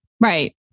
right